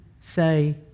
say